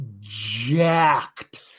jacked